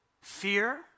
fear